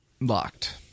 Locked